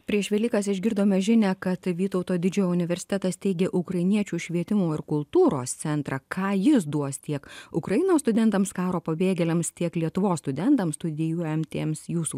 prieš velykas išgirdome žinią kad vytauto didžiojo universitetas steigė ukrainiečių švietimo ir kultūros centrą ką jis duos tiek ukrainos studentams karo pabėgėliams tiek lietuvos studentams studijuojantiems jūsų